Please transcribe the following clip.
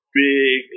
big